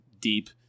deep